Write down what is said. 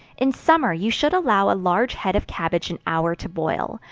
in summer, you should allow a large head of cabbage an hour to boil,